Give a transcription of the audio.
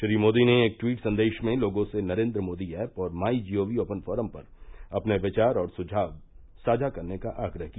श्री मोदी ने एक ट्वीट संदेश में लोगों से नरेन्द्र मोदी ऐप और my G O V open forum पर अपने विचार और सुझाव साझा करने का आग्रह किया